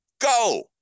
go